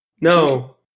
No